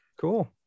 cool